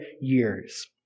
years